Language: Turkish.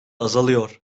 azalıyor